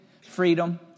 freedom